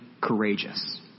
courageous